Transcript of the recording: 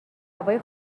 هوای